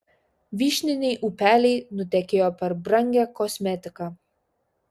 vyšniniai upeliai nutekėjo per brangią kosmetiką